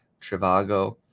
Trivago